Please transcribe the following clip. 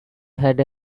had